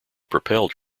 propelled